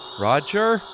Roger